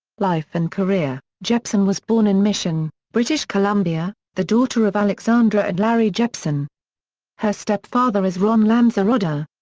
life and career jepsen was born in mission, british columbia, the daughter of alexandra and larry jepsen her stepfather is ron lanzarotta.